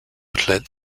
outlet